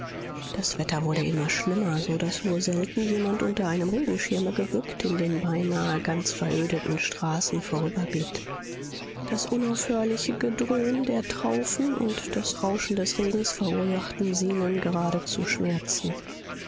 das wetter wurde immer schlimmer so daß nur selten jemand unter einem regenschirme gebückt in den beinahe ganz verödeten straßen vorüberglitt das unaufhörliche gedröhn der traufen und das rauschen des regens verursachten zenon geradezu schmerz